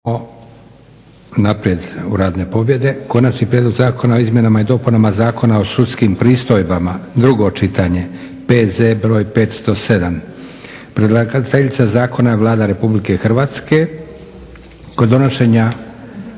naprijed u radne pobjede, - Konačni prijedlog zakona o izmjenama i dopunama Zakona o sudskim pristojbama, drugo čitanje, P.Z. br. 507. Predlagateljica zakona je Vlada RH. Kod donošenja